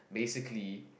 basically